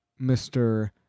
Mr